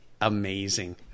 amazing